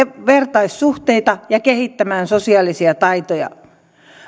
vertaissuhteita ja kehittämään sosiaalisia taitoja